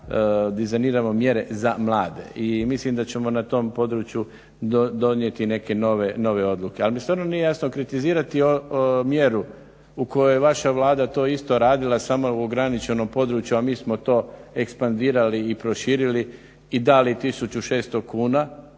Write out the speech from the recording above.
da dizajniramo mjere za mlade. I mislim da ćemo na tom području donijeti neke nove odluke. Ali mi stvarno nije jasno kritizirati mjeru u kojoj je vaša Vlada to isto radila samo u ograničenom području a mi smo to ekspandirali i proširili i dali 1600 kuna,